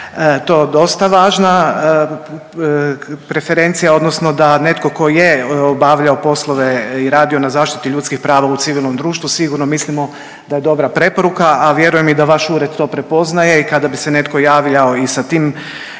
to nama dosta važna preferencija odnosno da netko tko je obavljao poslove i radio na zaštiti ljudskih prava u civilnom društvu sigurno mislimo da je dobra preporuka, a vjerujem i da vaš ured to prepoznaje i kada bi se netko javljao i sa tim CV-om